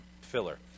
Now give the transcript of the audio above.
filler